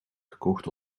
gekocht